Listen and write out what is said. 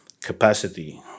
capacity